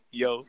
yo